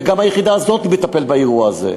וגם היחידה הזאת מטפלת באירוע הזה.